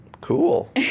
Cool